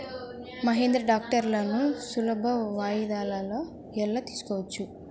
మహీంద్రా ట్రాక్టర్లను సులభ వాయిదాలలో ఎలా తీసుకోవచ్చు?